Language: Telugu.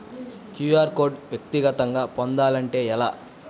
క్యూ.అర్ కోడ్ వ్యక్తిగతంగా పొందాలంటే ఎలా?